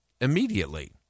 immediately